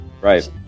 Right